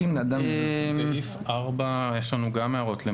בסעיף 4 יש לנו גם הערות.